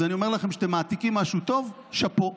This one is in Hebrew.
אז אני אומר לכם, כשאתם מעתיקים משהו טוב, שאפו.